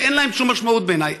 שאין להם שום משמעות בעיניי.